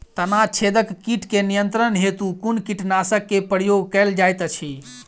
तना छेदक कीट केँ नियंत्रण हेतु कुन कीटनासक केँ प्रयोग कैल जाइत अछि?